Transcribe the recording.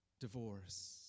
divorce